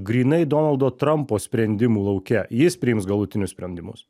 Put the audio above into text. grynai donaldo trampo sprendimų lauke jis priims galutinius sprendimus